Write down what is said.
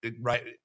right